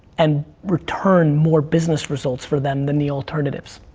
and return more business results for them than the alternatives.